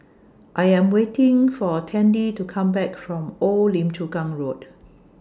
I Am waiting For Tandy to Come Back from Old Lim Chu Kang Road